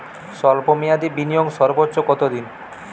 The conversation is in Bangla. স্বল্প মেয়াদি বিনিয়োগ সর্বোচ্চ কত দিন?